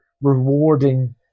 rewarding